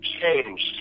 changed